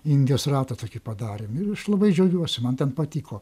indijos ratą tokį padarėm ir aš labai džiaugiuosi man ten patiko